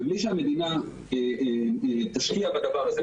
בלי שהמדינה תשקיע בדבר הזה,